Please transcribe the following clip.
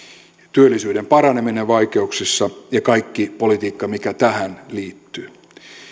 työllisyyden paraneminen vaikeuksissa ja kaikki politiikka mikä tähän liittyy